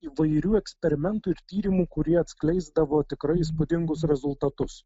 įvairių eksperimentų ir tyrimų kurie atskleisdavo tikrai įspūdingus rezultatus